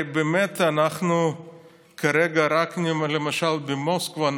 כרגע רק במוסקבה,